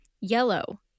yellow